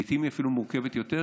לעיתים היא אפילו מורכבת יותר,